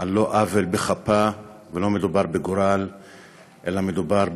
על לא עוול בכפה, ולא מדובר בגורל,